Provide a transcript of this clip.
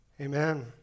amen